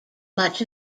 much